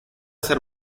ser